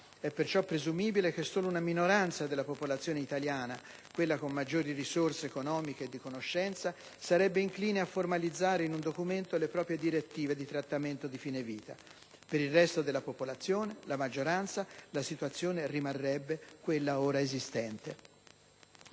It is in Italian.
È perciò presumibile che solo una minoranza della popolazione italiana - quella con maggiori risorse economiche e di conoscenza - sarebbe incline a formalizzare in un documento le proprie direttive di trattamento di fine vita. Per il resto della popolazione - la maggioranza - la situazione rimarrebbe quella ora esistente.